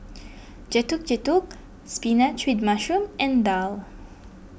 Getuk Getuk Spinach with Mushroom and Daal